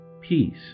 Peace